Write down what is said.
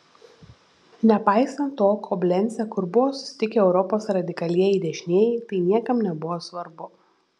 nepaisant to koblence kur buvo susitikę europos radikalieji dešinieji tai niekam nebuvo svarbu